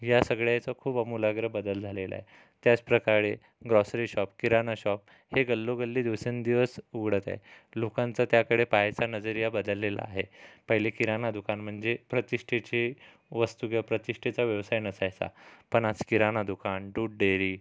या सगळ्याचा खूप आमूलाग्र बदल झालेला आहे त्याचप्रकारे ग्रोसरी शॉप किराणा शॉप हे गल्लोगल्ली दिवसेंदिवस उघडत आहे लोकांचा त्याकडे पाहायचा नजरिया बदललेला आहे पहिले किराणा दुकान म्हणजे प्रतिष्ठेचे वस्तू प्रतिष्ठेचा व्यवसाय नसायचा पण आज किरणा दुकान दूध डेअरी